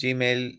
Gmail